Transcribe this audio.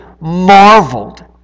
marveled